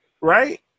right